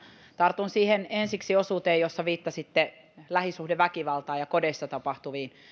tartun ensiksi osuuteen jossa viittasitte lähisuhdeväkivaltaan ja kodeissa tapahtuviin